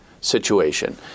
situation